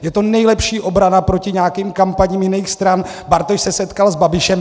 Je to nejlepší obrana proti nějakým kampaním jiných stran: Bartoš se setkal s Babišem.